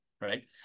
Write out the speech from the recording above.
right